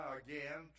again